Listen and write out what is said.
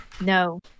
No